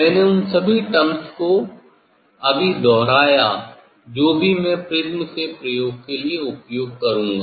मैंने उन सभी टर्म्स को अभी दोहराया जो भी मैं प्रिज्म से प्रयोग के लिए उपयोग करूंगा